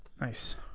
Nice